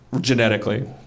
genetically